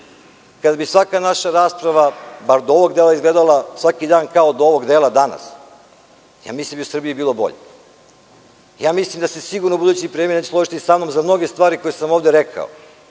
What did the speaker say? kada bi svaka naša rasprava, barem do ovog dela, izgledala svaki dan kao do ovog dela danas, mislim da bi u Srbiji bilo bolje. Mislim da se sigurno budući premijer neće složiti sa mnom za mnoge stvari koje sam ovde rekao